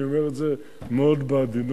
אני אומר את זה מאוד בעדינות.